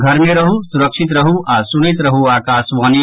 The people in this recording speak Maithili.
घर मे रहू सुरक्षित रहू आ सुनैत रहू आकाशवाणी